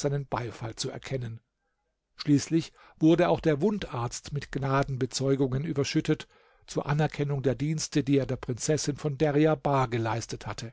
seinen beifall zu erkennen schließlich wurde auch der wundarzt mit gnadenbezeugungen überschüttet zur anerkennung der dienste die er der prinzessin von deryabar geleistet hatte